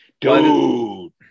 Dude